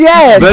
Yes